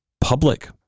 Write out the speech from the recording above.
public